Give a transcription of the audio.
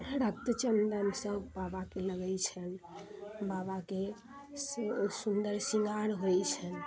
रक्त चन्दन सब बाबाके लगै छनि बाबाके से सुन्दर शृङ्गार होइ छनि